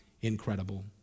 incredible